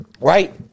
Right